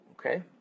okay